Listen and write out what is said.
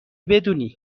بدونی